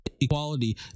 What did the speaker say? equality